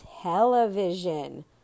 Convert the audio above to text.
television